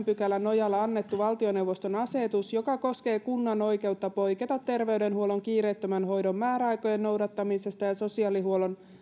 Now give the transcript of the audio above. pykälän nojalla annettu valtioneuvoston asetus joka koskee kunnan oikeutta poiketa terveydenhuollon kiireettömän hoidon määräaikojen noudattamisesta ja sosiaalihuollon